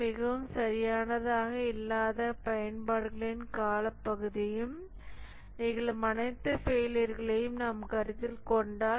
மிகவும் சரியானதாக இல்லாத பயன்பாடுகளின் காலப்பகுதியில் நிகழும் அனைத்து ஃபெயிலியர்களையும் நாம் கருத்தில் கொண்டால்